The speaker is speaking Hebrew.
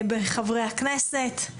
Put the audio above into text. חבר הכנסת יוסי שיין, בבקשה.